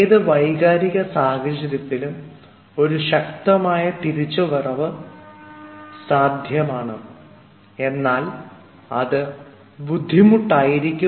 ഏത് വൈകാരിക സാഹചര്യത്തിലും ഒരു ശക്തമായ തിരിച്ചുവരവ് സാധ്യമാണ് എന്നാൽ അത് ബുദ്ധിമുട്ടായിരിക്കും